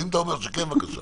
אבל אם אתה אומר שכן, בבקשה.